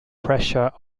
pressure